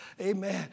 Amen